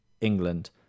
England